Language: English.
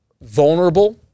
vulnerable